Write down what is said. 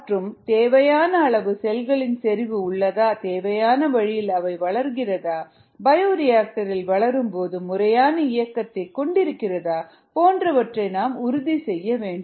மற்றும் தேவையான அளவு செல்களின் செறிவு உள்ளதா தேவையான வழியில் அவை வளர்கிறதா பயோரியாக்டர்இல் வளரும்போது முறையான இயக்கத்தை கொண்டிருக்கிறதா போன்றவற்றை நாம் உறுதி செய்ய வேண்டும்